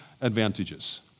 advantages